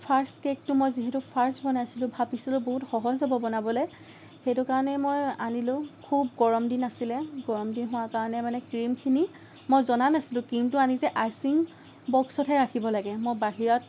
first কেকটো মই যিহেতু ফাৰ্ষ্ট বনাইছিলোঁ ভাবিছিলোঁ বহুত সহজ হ'ব বনাবলৈ সেইটো কাৰণে মই আনিলোঁ খুব গৰম দিন আছিলে গৰম দিন হোৱাৰ কাৰণে মানে ক্ৰিমখিনি মই জনা নাছিলোঁ ক্ৰিমটো আমি যে আইচিং বক্সতহে ৰাখিব লাগে মই বাহিৰত